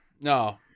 No